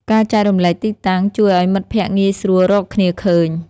ការចែករំលែកទីតាំង ជួយឱ្យមិត្តភក្តិងាយស្រួលរកគ្នាឃើញ។